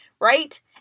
right